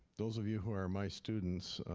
those of you who are my students,